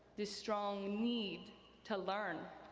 this strong need to learn.